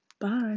Bye